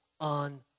on